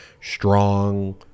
strong